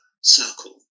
circle